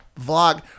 vlog